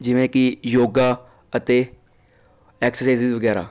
ਜਿਵੇਂ ਕਿ ਯੋਗਾ ਅਤੇ ਐਕਸਸਾਈਜ਼ ਵਗੈਰਾ